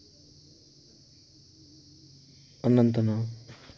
Mumbai Dhaka Islamabad Karachi